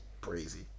crazy